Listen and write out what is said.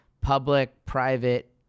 public-private